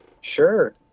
Sure